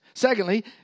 Secondly